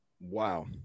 Wow